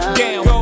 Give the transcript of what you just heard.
down